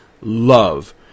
love